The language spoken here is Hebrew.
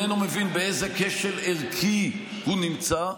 איננו מבין באיזה כשל ערכי הוא נמצא.